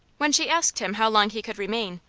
when she asked him how long he could remain,